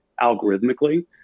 algorithmically